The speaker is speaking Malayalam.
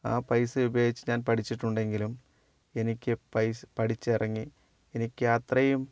ആ പൈസ ഉപയോഗിച്ച് ഞാൻ പഠിച്ചിട്ടുണ്ടെങ്കിലും എനിക്ക് പൈസ പഠിച്ചിറങ്ങി എനിക്കത്രയും